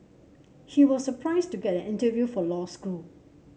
he was surprised to get an interview for law school